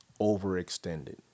overextended